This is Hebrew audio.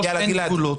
אין גבולות.